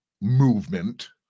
movement